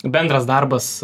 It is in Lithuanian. bendras darbas